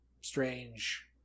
strange